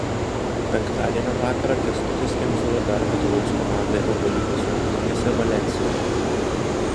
penktadienio vakarą kęstutis kemzūra dar vadovaus komandai eurolygos rungtynėse valensijoje